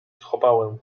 schowałem